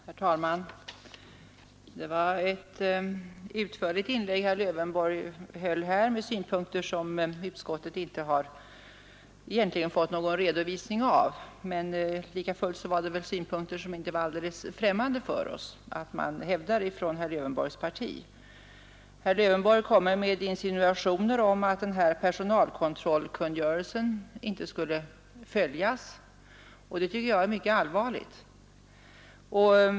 Herr talman! Det var ett utförligt inlägg som herr Lövenborg gjorde med synpunkter som utskottet egentligen inte har fått någon redovisning av. Likafullt får man väl säga att vi inte är främmande för att dessa synpunkter hävdas av herr Lövenborgs parti. Herr Lövenborg kom med insinuationer om att personalkontrollkungörelsen inte skulle följas, och det tycker jag är mycket allvarligt.